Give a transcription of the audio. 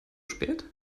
spät